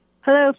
Hello